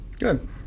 Good